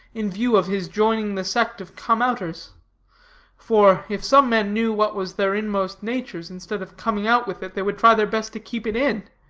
in view of his joining the sect of come-outers for, if some men knew what was their inmost natures, instead of coming out with it, they would try their best to keep it in,